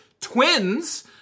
twins